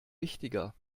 wichtiger